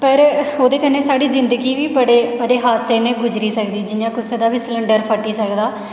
पर ओह्दे कन्नै साढ़ी जिंदगी बी बड़े बड़े हादसे कन्नै गुजरी सकदी जि'यां कुसै दा बी सलंडर फटी सकदा